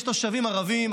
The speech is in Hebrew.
יש תושבים ערבים,